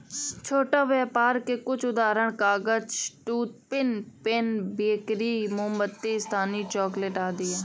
छोटा व्यापर के कुछ उदाहरण कागज, टूथपिक, पेन, बेकरी, मोमबत्ती, स्थानीय चॉकलेट आदि हैं